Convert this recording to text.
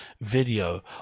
video